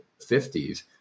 50s